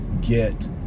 get